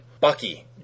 Bucky